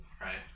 Right